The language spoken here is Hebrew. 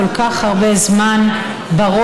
כל כך הרבה זמן בראש,